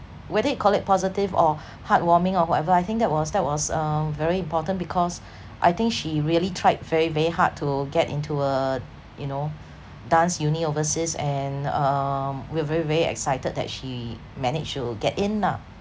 whether you call it positive or heartwarming or whatever I think that was that was uh very important because I think she really tried very very hard to get into uh you know dance uni overseas and um we're very very excited that she managed to get in ah